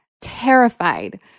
terrified